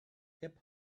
hip